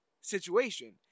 situation